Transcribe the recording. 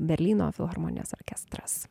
berlyno filharmonijos orkestras